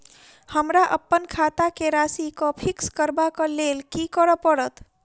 हमरा अप्पन खाता केँ राशि कऽ फिक्स करबाक लेल की करऽ पड़त?